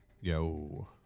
Yo